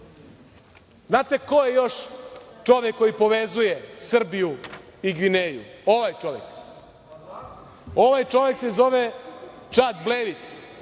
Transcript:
ko je još čovek koji povezuje Srbiju i Gvineju, ovaj čovek. Ovaj čovek se zove Čak Blevit,